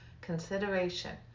consideration